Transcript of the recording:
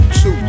two